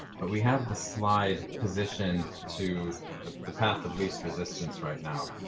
but we have the slide positioned to the the path of least resistance right now.